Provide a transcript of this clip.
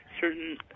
certain